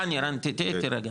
רני תהיה איתי רגע,